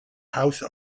house